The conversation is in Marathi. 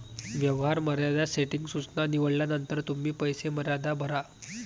व्यवहार मर्यादा सेटिंग सूचना निवडल्यानंतर तुम्ही पैसे मर्यादा भरा